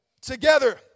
together